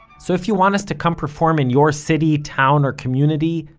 so if you want us to come perform in your city, town or community,